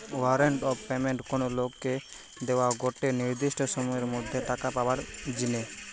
warrant of payment কোনো লোককে দোয়া গটে নির্দিষ্ট সময়ের মধ্যে টাকা পাবার জিনে